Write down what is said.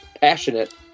passionate